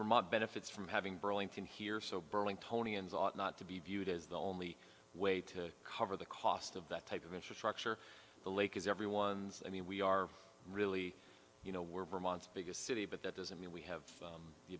benefits from having burlington here so burning tony and ought not to be viewed as the only way to cover the cost of that type of infrastructure the lake is everyone's i mean we are really you know we're biggest city but that doesn't mean we have